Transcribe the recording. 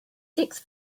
six